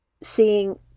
Seeing